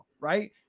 right